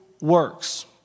works